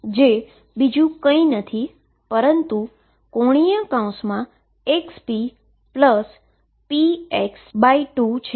જે બીજુ કઈ નથી પરંતુ ⟨xppx⟩2 છે